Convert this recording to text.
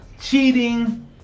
cheating